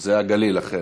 זה הגליל, אכן.